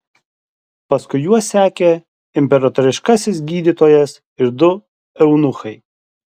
paskui juos sekė imperatoriškasis gydytojas ir du eunuchai